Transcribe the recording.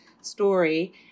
story